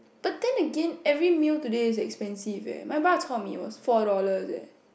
but then again every meal today is expensive eh my bak-chor-mee was four dollars eh